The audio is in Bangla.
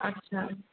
আচ্ছা